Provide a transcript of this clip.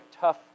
tough